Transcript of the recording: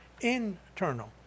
internal